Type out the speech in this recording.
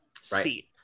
seat